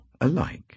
alike